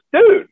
Dude